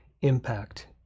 impact